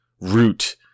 root